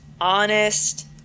honest